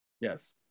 yes